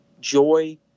joy